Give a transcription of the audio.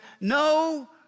no